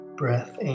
breath